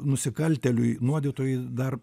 nusikaltėliui nuodytojui dar